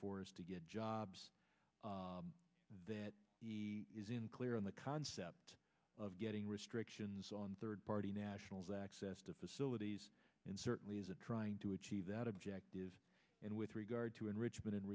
for us to get jobs that he is in clear on the concept of getting restrictions on third party nationals access to facilities and certainly as a trying to achieve that objective and with regard to enrichment and